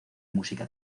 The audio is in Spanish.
música